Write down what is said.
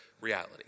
reality